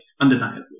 undeniably